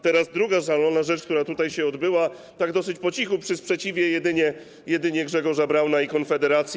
Teraz druga szalona rzecz, która tutaj się odbyła dosyć po cichu przy sprzeciwie jedynie Grzegorza Brauna i Konfederacji.